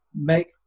make